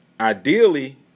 ideally